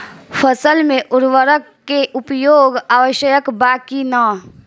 फसल में उर्वरक के उपयोग आवश्यक बा कि न?